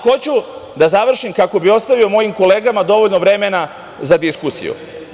Hoću da završim, kako bih ostavio mojim kolegama dovoljno vremena za diskusiju.